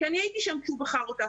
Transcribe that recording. כי אני הייתי שם כשהוא בחר אותה,